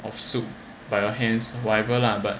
of soup by your hands whatever lah but